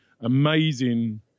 amazing